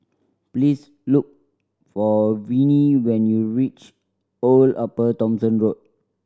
please look for Vinie when you reach Old Upper Thomson Road